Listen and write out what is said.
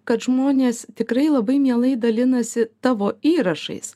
kad žmonės tikrai labai mielai dalinasi tavo įrašais